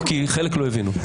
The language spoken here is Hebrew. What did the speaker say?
חלק לא הבינו.